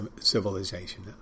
civilization